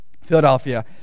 Philadelphia